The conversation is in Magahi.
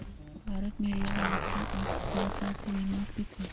भारत में रेल यात्रा अब पूरा तरह से बीमाकृत हई